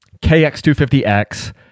KX250X